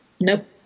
Nope